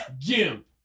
gimp